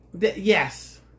Yes